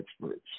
experts